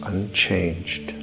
Unchanged